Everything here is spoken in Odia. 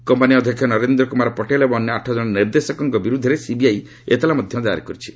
କମ୍ପାନୀ ଅଧ୍ୟକ୍ଷ ନରେନ୍ଦ୍ର କୁମାର ପଟେଲ ଏବଂ ଅନ୍ୟ ଆଠକ୍କଣ ନିର୍ଦ୍ଦେଶକଙ୍କ ବିରୋଧରେ ସିବିଆଇ ଏତଲା ମଧ୍ୟ ଦାଏର କରିଛି